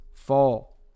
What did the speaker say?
fall